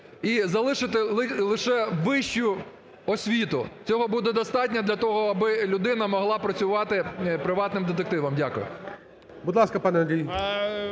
і залишити лише вищу освіту. Цього буде достатньо для того, аби людина могла працювати приватним детективом. Дякую. ГОЛОВУЮЧИЙ. Будь ласка, пане Андрій.